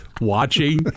watching